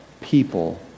people